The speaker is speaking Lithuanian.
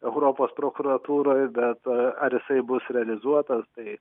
europos prokuratūroj be to ar jisai bus realizuotas tai